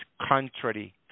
contrary